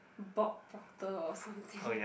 or something